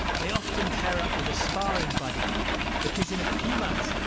they often pair up with a sparring buddy because in a few months,